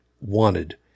wanted